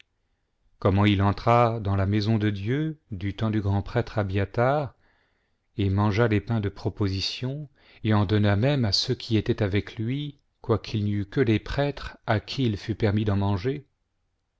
il entra dans la maison de dieu du temps du grand-prêtre abiathar et mangea les pains de proposition et en donna même à ceux qui étaient avec lui quoiqu'il n'y eût que les prêtres à qui il fût permis d'en manger